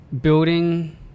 Building